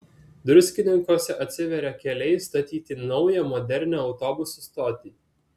druskininkuose atsiveria keliai statyti naują modernią autobusų stotį